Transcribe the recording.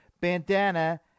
bandana